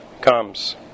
comes